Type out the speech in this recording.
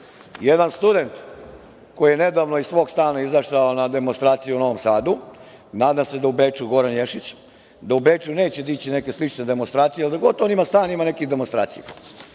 jedan student koji je nedavno iz svog stana izašao na demonstracije u Novom Sadu, Goran Ješić, nadam se da u Beču neće dići neke slične demonstracije, jer gde god on ima stan ima nekih demonstracija,